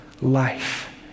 life